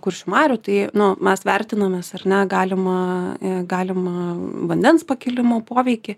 kuršių marių tai nu mes vertinamės ar na galima galima vandens pakilimo poveikį